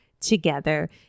together